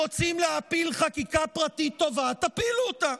אתם רוצים להפיל חקיקה פרטית טובה, תפילו אותה.